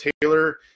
Taylor